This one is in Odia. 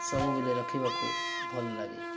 ସବୁବେଲେ ରଖିବାକୁ ଭଲ ଲାଗେ